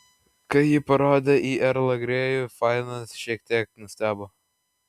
kai ji parodė į erlą grėjų fainas šiek tiek nustebo